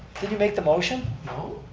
didn't you make the motion? no.